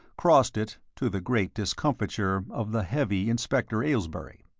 crossed it, to the great discomfiture of the heavy inspector aylesbury.